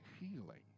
healing